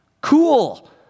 Cool